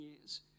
years